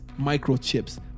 microchips